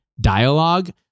dialogue